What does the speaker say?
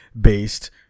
based